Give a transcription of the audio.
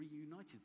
reunited